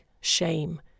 shame